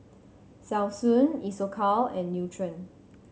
Selsun Isocal and Nutren